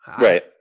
Right